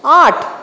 আট